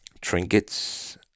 Trinkets